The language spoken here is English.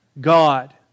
God